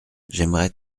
j’aimerais